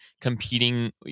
competing